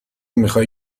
میخای